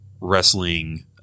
wrestling